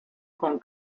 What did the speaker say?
con